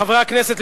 חברי הכנסת,